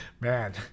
man